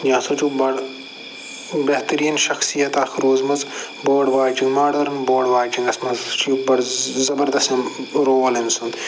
یہِ ہَسا چھُو بَڑٕ بہتریٖن شَخصیت اکھ روٗزمٕژ بٲڈ واچِنٛگ ماڈٲرٕن بٲڈ واچِنٛگَس مَنٛز چھُ یہِ بَڑٕ زَبَردَس رول أمۍ سُنٛد